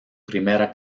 primera